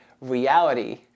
reality